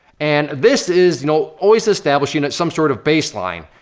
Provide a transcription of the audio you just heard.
and this is, you know, always establishing at some sort of baseline,